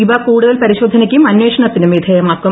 ഇവ കൂടുതൽ പരിശോധനയ്ക്കും അന്വേഷണത്തിനും വിധേയമാക്കും